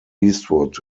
eastwood